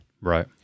Right